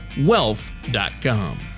wealth.com